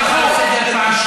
לא לא, את הנסיעות שלך.